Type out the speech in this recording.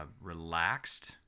relaxed